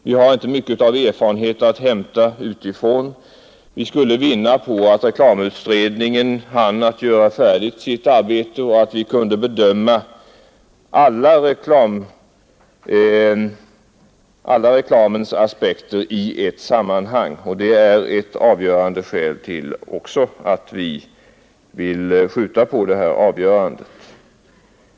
Vi har inte mycket erfarenhet att hämta utifrån, och vi skulle vinna på att reklamutredningen hann slutföra sitt arbete så att vi kunde bedöma alla reklamens aspekter i ett sammanhang. Det är också ett avgörande skäl till att vi vill skjuta på avgörandet.